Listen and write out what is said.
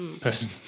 person